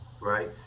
right